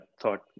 thought